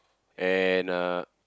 and uh